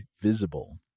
Visible